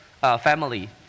family